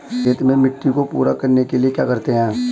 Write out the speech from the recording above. खेत में मिट्टी को पूरा करने के लिए क्या करते हैं?